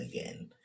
again